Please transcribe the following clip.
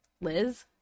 liz